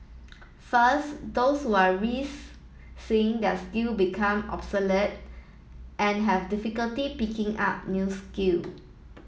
first those who are risk seeing their skill become obsolete and have difficulty picking up new skill